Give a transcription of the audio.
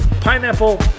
pineapple